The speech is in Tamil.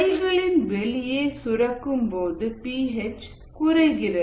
செல்களின் வெளியே சுரக்கும்போது பி ஹெச் குறைகிறது